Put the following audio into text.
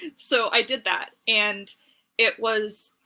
so i did that and it was